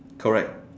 correct